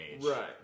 Right